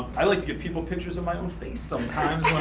i like to give people pictures of my own face sometimes.